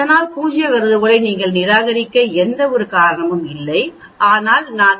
அதனால் பூஜ்ய கருதுகோளை நீங்கள் நிராகரிக்க எந்த காரணமும் இல்லை ஆனால் நான் மதிப்பை 0